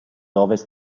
ovest